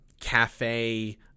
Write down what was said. cafe